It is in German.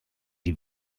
die